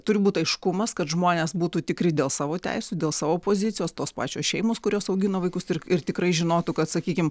turi būti aiškumas kad žmonės būtų tikri dėl savo teisių dėl savo pozicijos tos pačios šeimos kurios augina vaikus ir ir tikrai žinotų kad sakykim